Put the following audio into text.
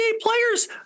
players